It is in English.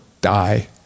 die